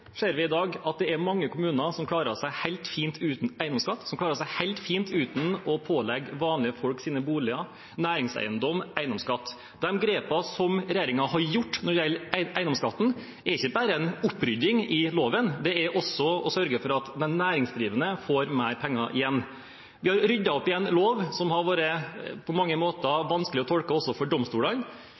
ser i dag at det er mange kommuner som klarer seg helt fint uten eiendomsskatt, som klarer seg helt fint uten å pålegge vanlige folk sine boliger og næringseiendom eiendomsskatt. Det er fullt mulig. De grepene som regjeringen har gjort når det gjelder eiendomsskatten, er ikke bare en opprydding i loven, det er også å sørge for at de næringsdrivende får mer penger igjen. Vi har ryddet opp i en lov som på mange måter har vært vanskelig å tolke også for domstolene.